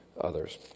others